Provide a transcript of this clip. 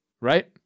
right